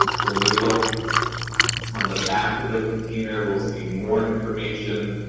when we look on the back of the container, we'll see more information,